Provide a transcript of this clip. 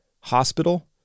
hospital